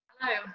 Hello